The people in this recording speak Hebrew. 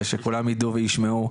ושכולם ידעו וישמעו,